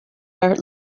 are